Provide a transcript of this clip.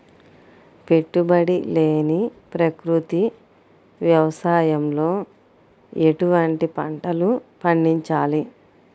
పెట్టుబడి లేని ప్రకృతి వ్యవసాయంలో ఎటువంటి పంటలు పండించాలి?